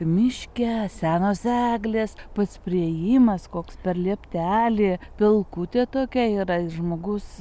miške senos eglės pats priėjimas koks per lieptelį pelkutė tokia yra ir žmogus